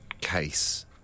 case